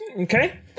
Okay